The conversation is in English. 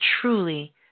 truly